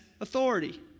authority